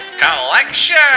collection